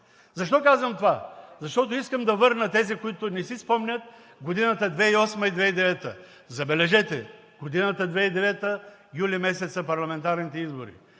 Защо казвам това? Защото искам да върна тези, които не си спомнят 2008-а и 2009 г. Забележете, 2009 г., юли месец са парламентарните избори.